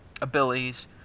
abilities